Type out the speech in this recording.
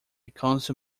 council